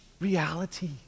reality